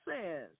says